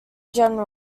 general